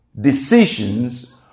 decisions